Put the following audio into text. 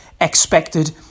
expected